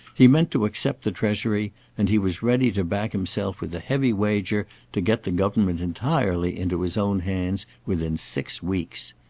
he meant to accept the treasury and he was ready to back himself with a heavy wager to get the government entirely into his own hands within six weeks.